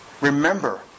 Remember